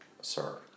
Sir